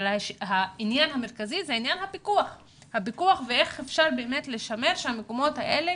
העניין המרכזי הוא עניין הפיקוח ואיך אפשר באמת לשמר שהמקומות האלה